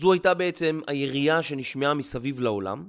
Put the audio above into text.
זו הייתה בעצם היריה שנשמעה מסביב לעולם